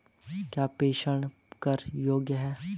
क्या प्रेषण कर योग्य हैं?